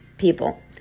people